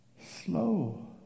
Slow